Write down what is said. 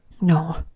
No